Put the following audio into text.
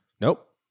Nope